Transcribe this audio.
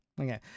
Okay